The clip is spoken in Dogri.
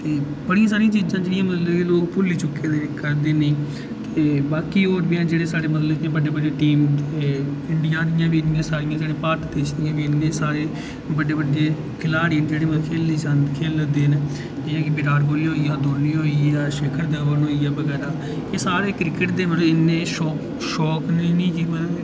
ते बड़ियां सारियां चीजां न की जे लोक भुल्ली चुक्के न आखदे लोक ते बाकी होर बी हैन लोक जेह्ड़े साढ़े मतलब इ'यां बड्डी बड्डी टीम इंडिया इ'यां बी एह् भारत देश दी जेह्ड़ियां गेम न एह् इ'यां बी बड्डे बड्डे खलाड़ी न जेह्ड़े मतलब खेढदे न जि'यां कि विराट कोहली होई गेआ धोनी होई गेआ शिखर धवन होई गेआ बगैरा एह् सारे क्रिकेट दे इन्ने बड़े शौक निं